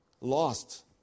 lost